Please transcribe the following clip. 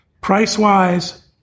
Price-wise